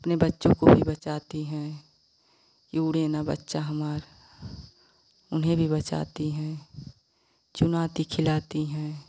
अपने बच्चों को भी बचाती हैं कि उड़े न बच्चा हमारा उन्हें भी बचाती हैं चुनाती खिलाती हैं